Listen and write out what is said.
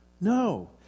No